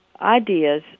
Ideas